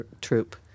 troop